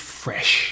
fresh